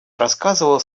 рассказывал